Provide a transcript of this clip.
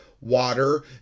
water